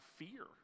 fear